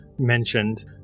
mentioned